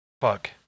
fuck